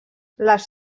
les